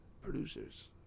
producers